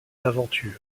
l’aventure